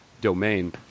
domain